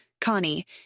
Connie